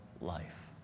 life